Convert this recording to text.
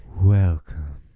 Welcome